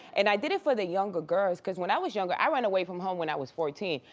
and i did it for the younger girls cause when i was younger, i ran away from home when i was fourteen.